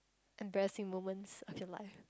embarrassing moments of your life